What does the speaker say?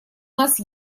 нас